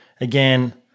Again